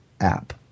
app